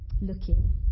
looking